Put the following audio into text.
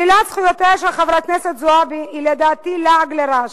שלילת זכויותיה של חברת הכנסת זועבי היא לדעתי לעג לרש.